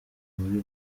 muri